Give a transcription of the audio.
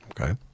Okay